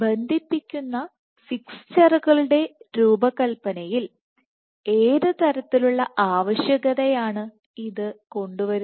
ബന്ധിപ്പിക്കുന്ന ഫിക്സ്ചറുകളുടെ രൂപകൽപ്പനയിൽ ഏത് തരത്തിലുള്ള ആവശ്യകതയാണ് ഇത് കൊണ്ടുവരുന്നത്